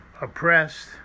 oppressed